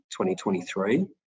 2023